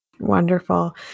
Wonderful